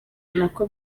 nako